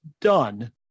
done